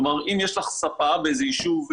כלומר אם יש לך ספה באיזה ישוב,